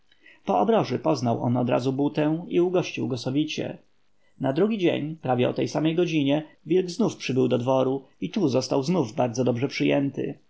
obroży poznał on odrazu butę i ugościł go sowicie na drugi dzień prawie o tej samej godzinie wilk znów przybył do dworu i tu został znów bardzo dobrze przyjęty